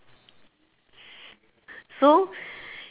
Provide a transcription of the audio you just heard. so